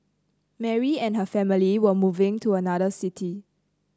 Mary and her family were moving to another city